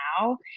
now